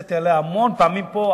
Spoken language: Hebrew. שהרציתי עליה המון פעמים פה,